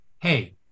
hey